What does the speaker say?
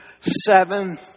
seven